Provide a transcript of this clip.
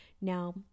now